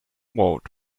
mode